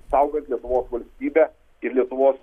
saugant lietuvos valstybę ir lietuvos